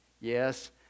Yes